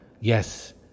yes